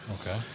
Okay